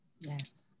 Yes